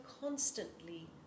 constantly